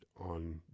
on